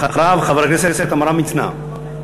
אחריו, חבר הכנסת עמרם מצנע.